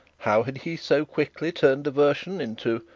how had he so quickly turned aversion into,